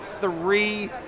three